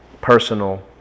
personal